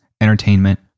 entertainment